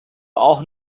auch